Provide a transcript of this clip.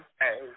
hey